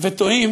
ותוהים